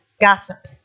gossip